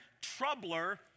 troubler